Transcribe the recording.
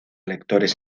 lectores